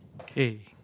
okay